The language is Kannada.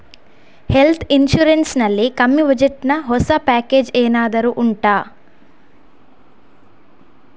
ಹೆಲ್ತ್ ಇನ್ಸೂರೆನ್ಸ್ ನಲ್ಲಿ ಕಮ್ಮಿ ಬಜೆಟ್ ನ ಹೊಸ ಪ್ಯಾಕೇಜ್ ಏನಾದರೂ ಉಂಟಾ